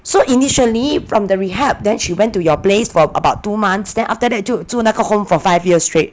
so initially from the rehab then she went to your place for about two months then after that 就住那个 home for five year straight